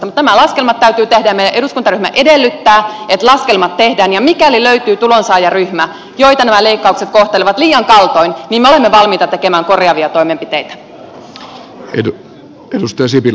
mutta nämä laskelmat täytyy tehdä ja meidän eduskuntaryhmä edellyttää että laskelmat tehdään ja mikäli löytyy tulonsaajaryhmä jota nämä leikkaukset kohtelevat liian kaltoin niin me olemme valmiita tekemään korjaavia toimenpiteitä